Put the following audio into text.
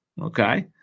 okay